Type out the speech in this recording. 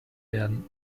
werden